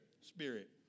Spirit